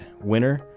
winner